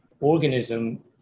organism